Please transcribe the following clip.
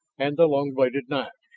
and the long-bladed knives.